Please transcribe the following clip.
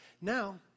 Now